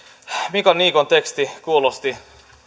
niikon niikon teksti kuulosti